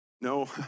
No